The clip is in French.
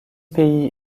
pays